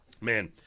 man